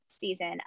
season